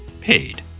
Paid